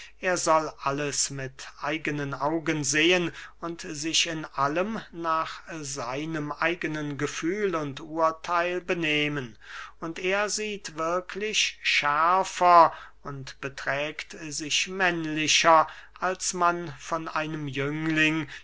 er soll alles mit eigenen augen sehen und sich in allem nach seinem eigenen gefühl und urtheil benehmen und er sieht wirklich schärfer und beträgt sich männlicher als man von einem jüngling